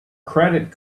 credit